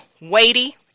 weighty